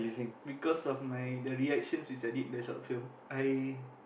because of my the reactions which I did the short film I